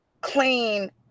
clean